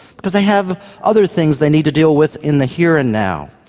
because they have other things they need to deal with in the here and now,